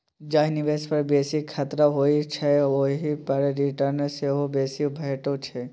जाहि निबेश पर बेसी खतरा होइ छै ओहि पर रिटर्न सेहो बेसी भेटै छै